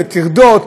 וטרדות,